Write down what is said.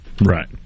Right